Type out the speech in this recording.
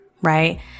right